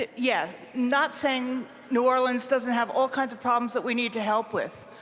yeah, not saying new orleans doesn't have all kinds of problems that we need to help with,